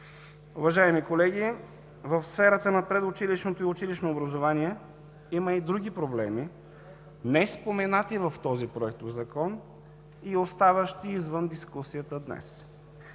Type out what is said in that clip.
Уважаеми колеги, в сферата на предучилищното и училищното образование има и други проблеми, неспоменати в този Проектозакон и оставащи извън дискусията днес.